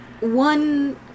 One